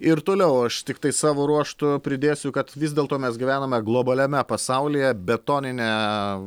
ir toliau aš tiktai savo ruožtu pridėsiu kad vis dėlto mes gyvename globaliame pasaulyje betonine